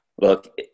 look